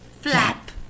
Flap